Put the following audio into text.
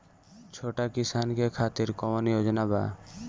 छोटा किसान के खातिर कवन योजना बा?